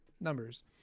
numbers